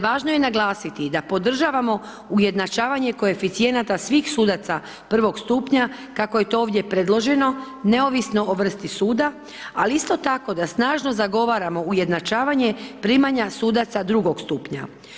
Važno je naglasiti, da podržavamo ujednačavanje koeficijenata svih sudaca prvog stupnja, kako je to ovdje predloženo, neovisno o vrsti suda, ali isto tako da snažno zagovaramo ujednačavanje primanja sudaca drugog stupnja.